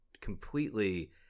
completely